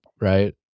right